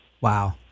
Wow